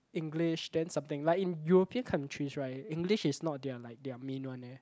English then something like in European countries right English is not like their like main one eh